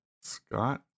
Scott